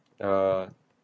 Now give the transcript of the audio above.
uh